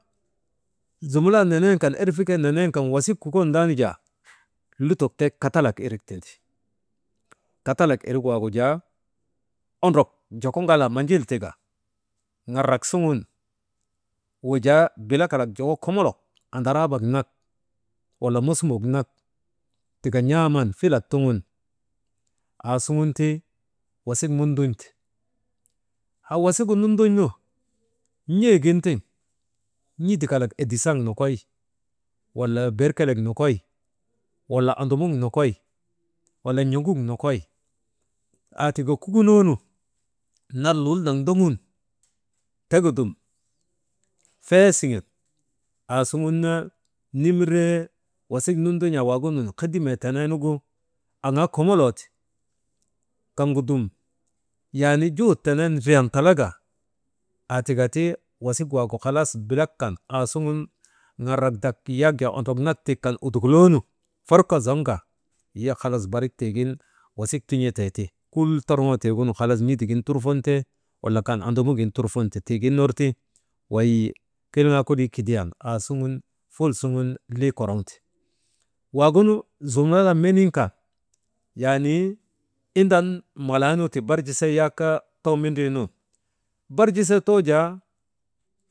Zumulan nenen kan erfikee nenen kan kiken ndaanu jaa lutok tek kattalak tindi. Kattalak irik wagu jaa ondrok joko ŋalaa manjil tika n̰aaman ŋarak suŋun, wulaa bilakak kalat joko komolok andraara bekak nak walaa, musumbak nat tika n̰aaman filak sugun aasuŋun ti wasik mundun̰te. Haa wasigu mundun̰nu n̰eegin tiŋ, n̰idik kalk edisaŋ nokoy, wala wala n̰oguk nokoy aatika kukunoonu, nar lul nak ndogun, tegudum fee siŋen aasuŋun nimiree wasik nindin̰an waagunun hedimee teneenu aŋaa komoloo ti. Kaŋgu dum yaani juhut tene ndriyan talaka aatikatik, wasik waagu halas bilak kan aasuŋun ŋarratdak yak jaa ondrok nak tik kan udukuloonu forko zuŋka hiya halas barik tiigin wasik tun̰etee ti kull torŋaa tigunu tiigunu halas n̰idigin halas n̰idigin turfonte, wala kan adanugin turfonte, tiigin ner ti wey kilŋaaa konii kidiyan ful suŋun likoroŋte, waagunu zumulan meniin kan yaani indaa malanu ti barjisee yak too mindri nun barik barjise too jaa.